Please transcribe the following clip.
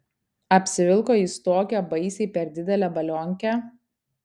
apsivilko jis tokią baisiai per didelę balionkę